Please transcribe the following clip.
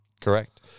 Correct